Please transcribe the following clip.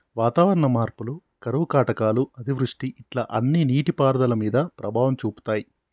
వాతావరణ మార్పులు కరువు కాటకాలు అతివృష్టి ఇట్లా అన్ని నీటి పారుదల మీద ప్రభావం చూపితాయ్